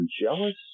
jealous